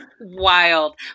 wild